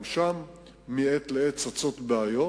גם שם מעת לעת צצות בעיות,